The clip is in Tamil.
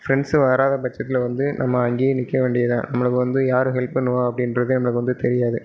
ஃப்ரெண்ட்ஸு வராதபட்சத்தில் வந்து நம்ம அங்கேயே நிற்க வேண்டியதுதான் நம்மளுக்கு வந்து யாரு ஹெல்ப் பண்ணுவா அப்படின்றது நம்மளுக்கு வந்து தெரியாது